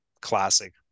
classic